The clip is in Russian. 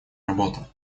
работа